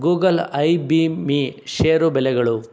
Google I B M share ಬೆಲೆಗಳು